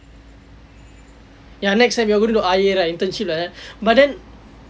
ya next time you all going to do I eight right internship like that but then